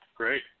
Great